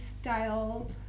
style